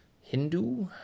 Hindu